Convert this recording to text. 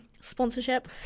sponsorship